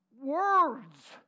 words